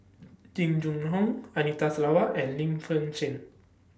Jing Jun Hong Anita Sarawak and Lim Shen